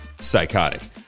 psychotic